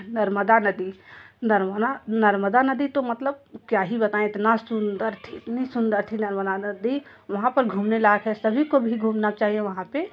नर्मदा नदी नर्मदा नर्मदा नदी तो मतलब क्या ही बताएँ इतना सुंदर थी इतनी सुंदर थी नर्मदा नदी वहाँ पर घूमने लायक है सभी को भी घूमना चाहिए वहाँ पे